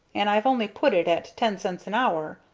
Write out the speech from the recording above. and i've only put it at ten cents an hour.